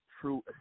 true